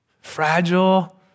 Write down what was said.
fragile